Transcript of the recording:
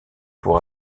pour